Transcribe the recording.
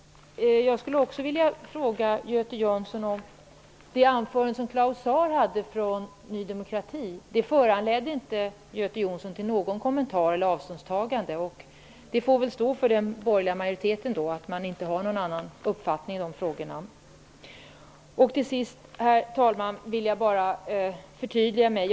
Jonsson till någon kommentar eller något avståndstagande. Att man inte har någon annan uppfattning i de frågorna får väl stå för den borgerliga majoriteten. Till sist, herr talman, vill jag förtydliga mig.